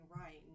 right